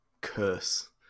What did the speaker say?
curse